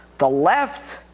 the left.